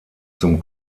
zum